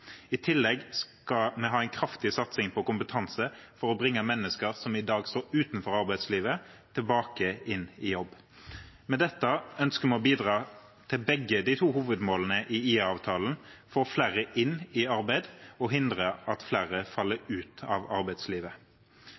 I tillegg skal vi ha en kraftig satsing på kompetanse for å bringe mennesker som i dag står utenfor arbeidslivet, tilbake i jobb. Med dette ønsker vi å bidra til begge de to hovedmålene i IA-avtalen – å få flere inn i arbeid og hindre at flere faller ut av arbeidslivet.